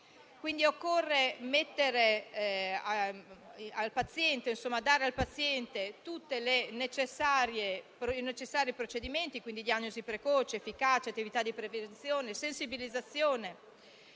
Occorre dare al paziente tutti i necessari procedimenti, quindi una diagnosi precoce ed efficace, un'attività di prevenzione e di sensibilizzazione.